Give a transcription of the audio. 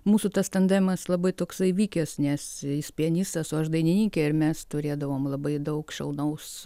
mūsų tas tandemas labai toksai vykęs nes jis pianistas o aš dainininkė ir mes turėdavom labai daug šaunaus